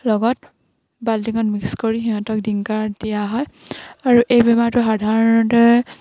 লগত বাল্টিঙত মিক্স কৰি সিহঁতক ডিংকাৰত দিয়া হয় আৰু এই বেমাৰটো সাধাৰণতে